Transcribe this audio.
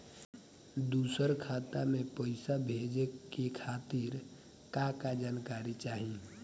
दूसर खाता में पईसा भेजे के खातिर का का जानकारी चाहि?